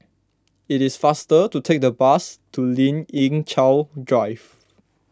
it is faster to take the bus to Lien Ying Chow Drive